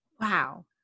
Wow